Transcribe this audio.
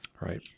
Right